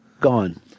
gone